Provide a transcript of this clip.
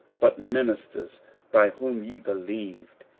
but ministers by whom ye believed,